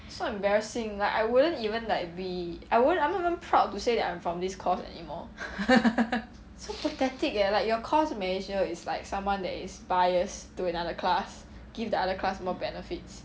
so embarrassing like I wouldn't even like be I won't I am not even proud to say that I'm from this course anymore so pathetic eh like your course manager is like someone that is biased to another class give the other class more benefits